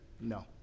no